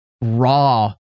raw